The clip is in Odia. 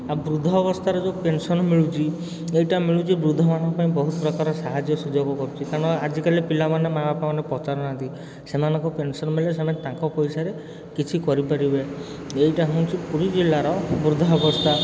ଆଉ ବୃଦ୍ଧ ଅବସ୍ଥାରେ ଯେଉଁ ପେନ୍ସନ୍ ମିଳୁଛି ଏଇଟା ମିଳୁଛି ବୃଦ୍ଧମାନଙ୍କ ପାଇଁ ବହୁପ୍ରକାର ସାହାଯ୍ୟ ସୁଯୋଗ କରୁଛି କାରଣ ଆଜି କାଲି ପିଲାମାନେ ମାଆ ବାପାମାନଙ୍କୁ ପଚାରୁନାହାନ୍ତି ସେମାନଙ୍କୁ ପେନ୍ସନ୍ ମିଳେ ସେମାନେ ତାଙ୍କ ପଇସାରେ କିଛି କରିପାରିବେ ଏଇଟା ହେଉଛି ପୁରୀ ଜିଲ୍ଲାର ବୃଦ୍ଧ ଭତ୍ତା